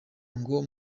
ngo